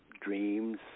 dreams